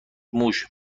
موش